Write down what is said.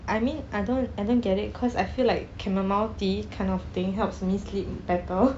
I mean I don't I don't get it cause I feel like chamomile kind of thing helps me sleep better